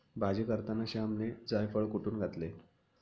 भाजी करताना श्यामने जायफळ कुटुन घातले